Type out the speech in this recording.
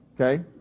okay